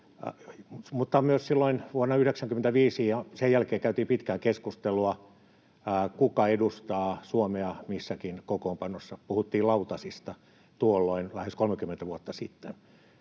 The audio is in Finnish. Myös silloin vuonna 95 ja sen jälkeen käytiin pitkää keskustelua siitä, kuka edustaa Suomea missäkin kokoonpanossa. Puhuttiin lautasista tuolloin lähes 30 vuotta sitten.